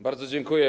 Bardzo dziękuję.